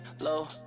low